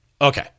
Okay